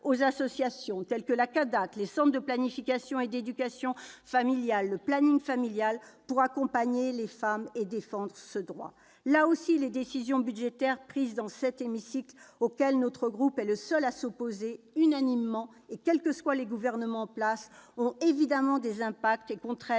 et à la contraception, les centres de planification et d'éducation familiale et le planning familial pour accompagner les femmes et défendre ce droit. Là aussi, les décisions budgétaires prises dans cet hémicycle, auxquelles mon groupe est le seul à s'opposer, unanimement et quels que soient les gouvernements en place, ont évidemment des impacts et contraignent